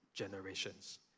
generations